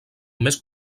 més